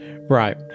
Right